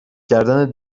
کردن